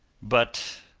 but,